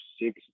six